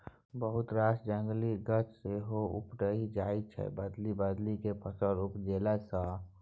बहुत रास जंगली गाछ सेहो उपटि जाइ छै बदलि बदलि केँ फसल उपजेला सँ